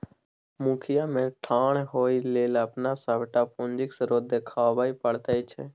मुखिया मे ठाढ़ होए लेल अपन सभटा पूंजीक स्रोत देखाबै पड़ैत छै